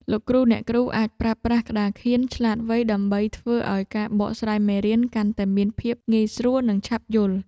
លោកគ្រូអ្នកគ្រូអាចប្រើប្រាស់ក្តារខៀនឆ្លាតវៃ ដើម្បីធ្វើឱ្យការបកស្រាយមេរៀនកាន់តែមានភាពងាយស្រួលនិងឆាប់យល់។